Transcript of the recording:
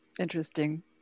interesting